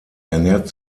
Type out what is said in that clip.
ernährt